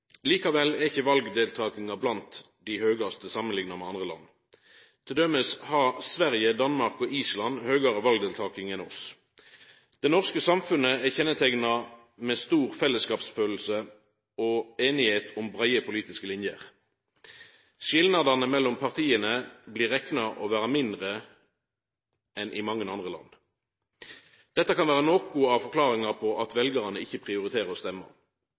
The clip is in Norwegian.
Likevel er ikkje valdeltakinga blant dei høgaste samanlikna med andre land. Til dømes har Sverige, Danmark og Island høgare valdeltaking enn oss. Det norske samfunnet er kjenneteikna av stor fellesskapsfølelse og einigheit om breie politiske linjer. Skilnadene mellom partia blir rekna for å vera mindre her enn i mange andre land. Dette kan vera noko av forklaringa på at veljarane ikkje prioriterer å stemma.